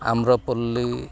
ᱟᱢᱨᱚᱯᱚᱞᱞᱤ